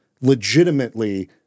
legitimately